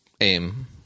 aim